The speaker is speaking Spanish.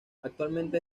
actualmente